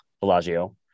Bellagio